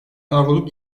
avroluk